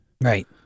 Right